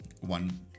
One